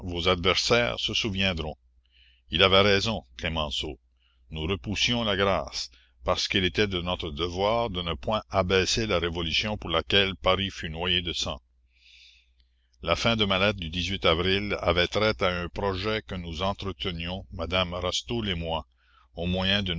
vos adversaires se souviendront il avait raison clémenceau nous repoussions la grâce parce qu'il était de notre devoir de ne point abaisser la révolution pour laquelle paris fut noyé de sang la fin de ma lettre du avril avait trait à un projet que nous entretenions madame rastoul et moi au moyen d'une